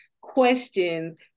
questions